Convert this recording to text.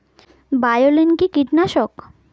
বায়োলিন কি কীটনাশক?